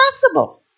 possible